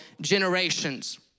generations